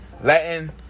Latin